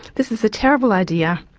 this is a terrible idea.